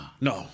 No